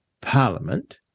Parliament